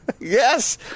Yes